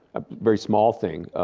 a very small thing,